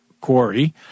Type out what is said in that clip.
Quarry